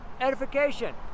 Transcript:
edification